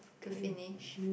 to finish